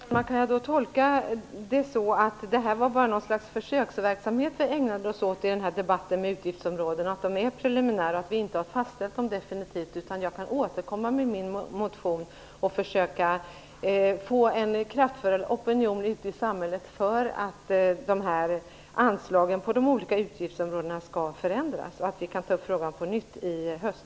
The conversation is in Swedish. Fru talman! Kan jag tolka det som att det bara var någon slags försöksverksamhet som vi ägnade oss åt i debatten om utgiftsområdena, att de är preliminära, och att vi inte har fastställt dem definitivt? Jag kan alltså återkomma med min motion och försöka få en kraftfull opinion ute i samhället för att dessa anslag på de olika utgiftsområdena skall förändras, och vi kan ta upp frågan på nytt i höst.